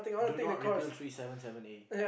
do not repeal three seven seven A